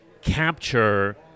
capture